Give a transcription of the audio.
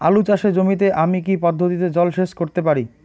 আলু চাষে জমিতে আমি কী পদ্ধতিতে জলসেচ করতে পারি?